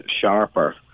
sharper